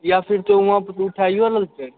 या फिर उहाँ से कोइ उठाइयो लेलकै